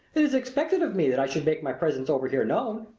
it is expected of me that i should make my presence over here known.